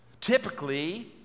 Typically